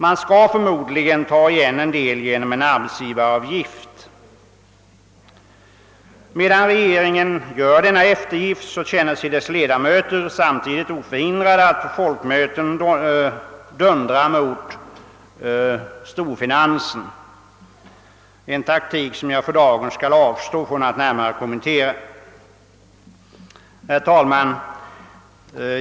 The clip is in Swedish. Man skall förmodligen ta igen en del genom arbetsgivaravgift. Medan regeringen gör denna eftergift, känner sig dess ledamöter samtidigt oförhindrade att på folkmöten dundra mot storfinansen, en taktik som jag för dagen skall avstå från att närmare kommentera. Herr talman!